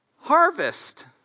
harvest